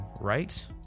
Right